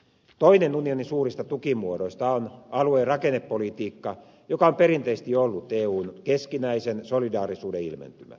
toinen unionin suurista tukimuodoista on alue ja rakennepolitiikka joka on perinteisesti ollut eun keskinäisen solidaarisuuden ilmentymä